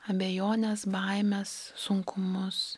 abejones baimes sunkumus